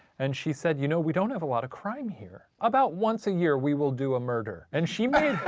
and she said you know, we don't have a lot of crime here. about once a year we will do a murder. and she meant it.